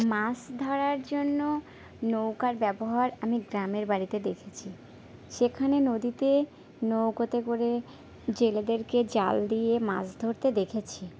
মাছ ধরার জন্য নৌকার ব্যবহার আমি গ্রামের বাড়িতে দেখেছি সেখানে নদীতে নৌকাতে করে জেলেদেরকে জাল দিয়ে মাছ ধরতে দেখেছি